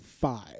five